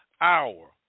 hour